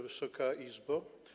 Wysoka Izbo!